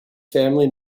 family